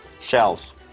shells